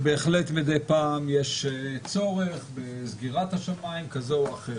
בהחלט מדי פעם יש צורך בסגירת השמיים כזו או אחרת.